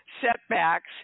setbacks